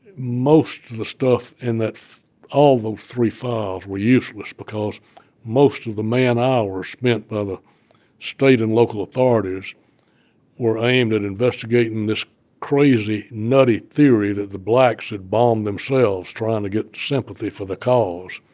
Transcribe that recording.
most of the stuff in that all those three files were useless because most of the man hours spent by the state and local authorities were aimed at investigating this crazy, nutty theory that the blacks had bombed themselves trying to get sympathy for the cause.